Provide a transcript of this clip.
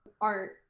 art